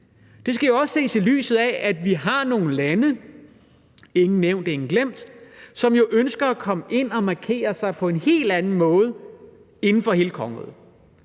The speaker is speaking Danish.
Det skal jo også ses i lyset af, at vi har nogle lande – ingen nævnt, ingen glemt – som ønsker at komme ind og markere sig på en helt anden måde inden for hele kongeriget.